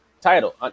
title